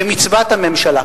במצוות הממשלה.